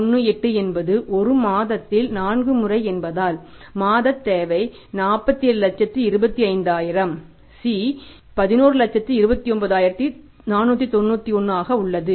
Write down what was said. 18 என்பது ஒரு மாதத்தில் 4 முறை என்பதால் மாத தேவை 4725000 C1129491 ஆக உள்ளது